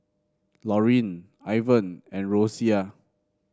Lorin Ivan and Rosia